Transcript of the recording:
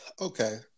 Okay